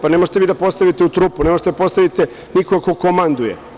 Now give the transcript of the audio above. Pa, ne možete vi da postavite u trupu, ne možete da postavite nikog ko komanduje.